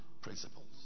principles